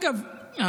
אגב,